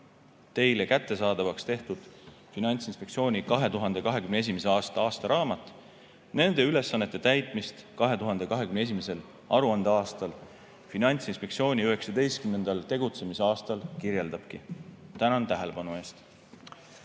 Teile kättesaadavaks tehtud Finantsinspektsiooni 2021. aasta aastaraamat nende ülesannete täitmist 2021. aruandeaastal, Finantsinspektsiooni tegutsemise 19. aastal kirjeldabki. Tänan tähelepanu eest!